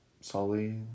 Sully